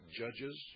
judges